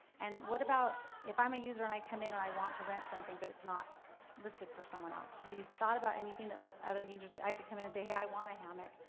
and what about if i'm a user and i come in and i want to rent something, but it's not listed for someone else, have you thought about anything that lets other user's, i can come in and say, hey i want a hammock.